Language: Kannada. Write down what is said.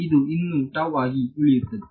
ಆದ್ದರಿಂದ ಇದು ಇನ್ನೂ ಆಗಿ ಉಳಿಯುತ್ತದೆ